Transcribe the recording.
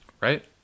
Right